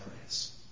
place